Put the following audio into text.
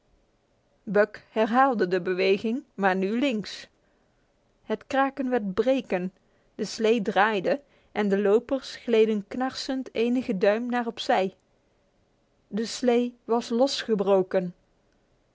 buck herhaalde de beweging maar nu links het kraken werd breken de slee draaide en de lopers gleden knarsend enige duimen naar op zij de slee was losgebroken